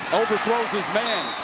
overthrows his man.